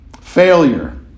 Failure